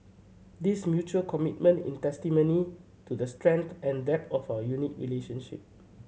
this mutual commitment in testimony to the strength and depth of our unique relationship